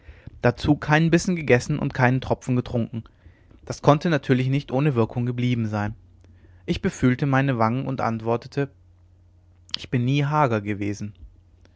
dazu keinen bissen gegessen und keinen tropfen getrunken das konnte natürlich nicht ohne wirkung geblieben sein ich befühlte meine wangen und antwortete dann ich bin nie hager gewesen